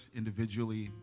individually